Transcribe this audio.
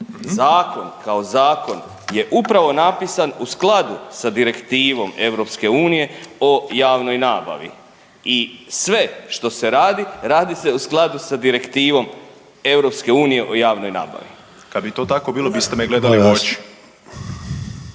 Zakon kao zakon je upravo napisan u skladu sa Direktivom EU o javnoj nabavi. I sve što se radi, radi se u skladu sa Direktivom EU o javnoj nabavi. **Troskot, Zvonimir (MOST)** Kad bi to tako bilo biste me gledali u oči.